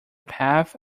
path